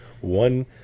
one